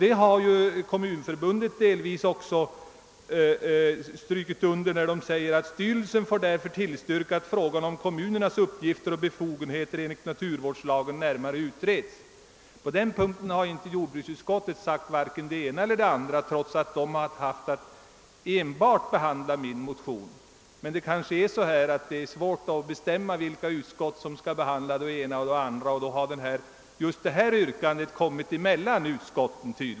Detta har också Kommunförbundet understrukit genom uttalandet att styrelsen får »tillstyrka att frågan om kommunernas uppgifter och befogenheter enligt naturvårdslagen närmare utreds». På den punkten har jordbruksutskottet sagt varken det ena eller det andra. Det är måhända svårt vid delad utskottsbehandling att avgöra vilket utskott som skall behandla olika frågor, och så har tydligen mitt yrkande hamnat emellan utskotten.